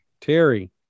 Terry